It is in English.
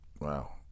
Wow